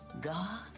God